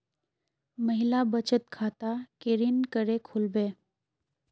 महिला बचत खाता केरीन करें खुलबे